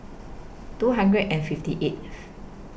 two hundred and fifty eighth